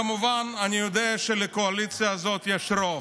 אני כמובן יודע שלקואליציה הזאת יש רוב,